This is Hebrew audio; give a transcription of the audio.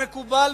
מקובל,